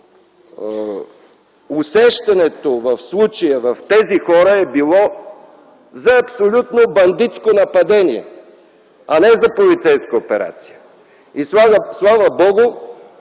усещането, в случая с тези хора, е било за абсолютно бандитско нападение, а не за полицейска операция. И слава Богу,